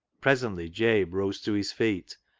presently jabe rose to his feet,